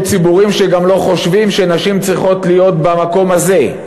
ציבורים שגם לא חושבים שנשים צריכות להיות במקום הזה,